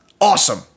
Awesome